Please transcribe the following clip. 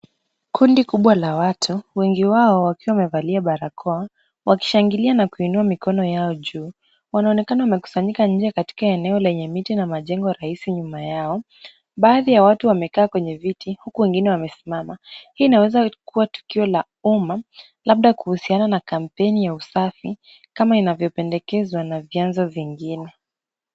Kundi kubwa la watu wengi wao wakiwa wamevalia barakoa, wakishangilia na kuinua mikono yao juu. Wanaonekana wamekusanyika nje katika eneo lenye miti na majengo rahisi nyuma yao. Baadhi ya watu wamekaa kwenye viti huku wengine wamesimama, hii inaweza kuwa tukio la umma labda kuhusiana na kampeni ya usafi, kama inavyopendekezwa na vianzo vingine.